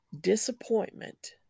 disappointment